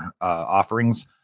offerings